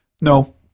No